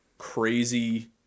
crazy